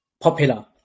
popular